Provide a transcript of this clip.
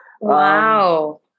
Wow